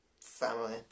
family